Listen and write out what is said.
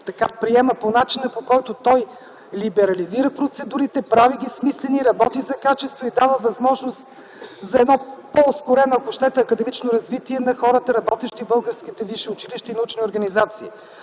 да се приема по начина, по който той либерализира процедурите, прави ги смислени, работи за качество и дава възможност за едно по-ускорено, ако щете, академично развитие на хората, работещи в българските висши училища и научни организации.